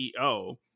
CEO